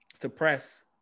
suppress